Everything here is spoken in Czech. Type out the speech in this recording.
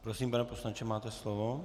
Prosím, pane poslanče, máte slovo.